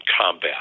combat